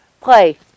Play